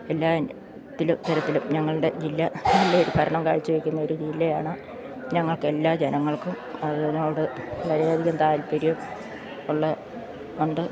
എല്ലാ ത്തിലും തരത്തിലും ഞങ്ങളുടെ ജില്ല ഭരണം കാഴ്ച വയ്ക്കുന്ന ഒരു ജില്ലയാണ് ഞങ്ങൾക്ക് എല്ലാ ജനങ്ങൾക്കും അതിനോട് വളരെയധികം താൽപര്യം ഉള്ളതുകൊണ്ട്